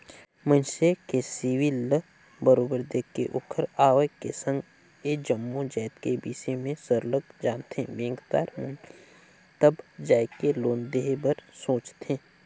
मइनसे के सिविल ल बरोबर देख के ओखर आवक के संघ ए जम्मो जाएत के बिसे में सरलग जानथें बेंकदार मन तब जाएके लोन देहे बर सोंचथे